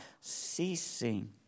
ceasing